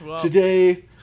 Today